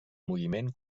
moviment